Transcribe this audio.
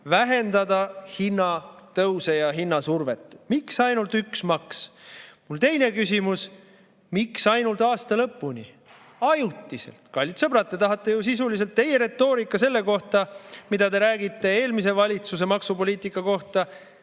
vähendada hinnatõuse ja hinnasurvet. Miks ainult üks maks? Mu teine küsimus: miks ainult aasta lõpuni, ajutiselt? Kallid sõbrad, te tahate ju sisuliselt [maksu tõsta]. Teie retoorika, kui te räägite eelmise valitsuse maksupoliitikast